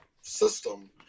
system